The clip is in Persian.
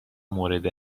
مورد